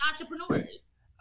entrepreneurs